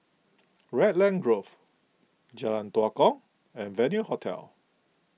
Raglan Grove Jalan Tua Kong and Venue Hotel